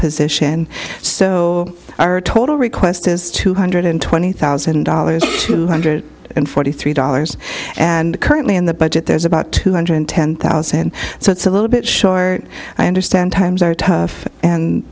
position so our total request is two hundred twenty thousand dollars two hundred and forty three dollars and currently in the budget there's about two hundred ten thousand so it's a little bit short i understand times are tough and